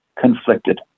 conflicted